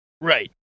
Right